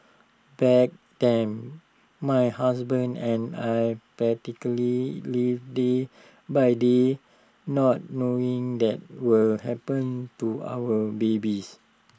back then my husband and I practically lived day by day not knowing the what will happen to our babies